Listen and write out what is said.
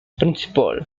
principal